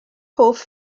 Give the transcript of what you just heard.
hoff